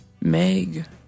Meg